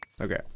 Okay